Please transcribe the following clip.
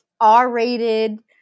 R-rated